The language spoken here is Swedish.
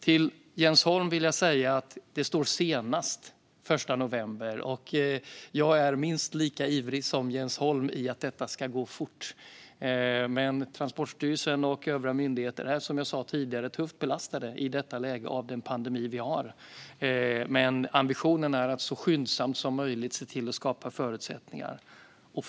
Till Jens Holm vill jag säga att det står "senast" den 1 november. Jag är minst lika ivrig som Jens Holm att detta ska gå fort, men Transportstyrelsen och övriga myndigheter är som sagt i detta läge tufft belastade av den pandemi vi har. Ambitionen är dock att så skyndsamt som möjligt se till att skapa förutsättningar.